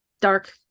dark